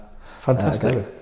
fantastic